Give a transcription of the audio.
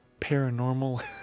paranormal